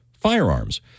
firearms